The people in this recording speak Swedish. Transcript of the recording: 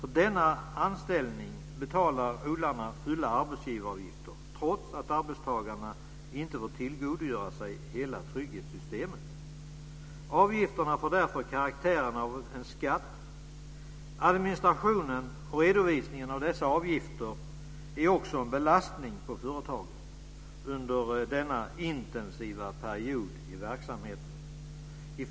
För denna anställning betalar odlarna arbetsgivaravgifter trots att arbetstagarna inte får tillgodogöra sig hela trygghetssystemet. Avgifterna får därför karaktären av en skatt. Administrationen och redovisningen av dessa avgifter är också en belastning för företagen under denna intensiva period i verksamheten.